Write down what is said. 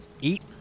eat